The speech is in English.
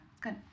Good